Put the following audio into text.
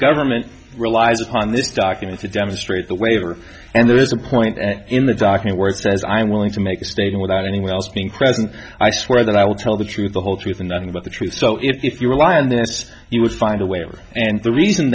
government relies upon this document to demonstrate the waiver and there is a point in the docking where he says i'm willing to make a statement without anyone else being present i swear that i will tell the truth the whole truth and nothing but the truth so if you rely on this you would find a way over and the reason